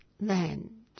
land